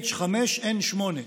H5N8,